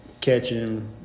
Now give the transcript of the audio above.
catching